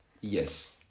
Yes